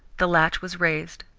the latch was raised,